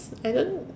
I don't